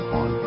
on